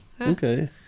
Okay